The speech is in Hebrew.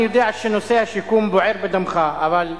אני יודע שנושא השיכון בוער בדמך, אבל אנא,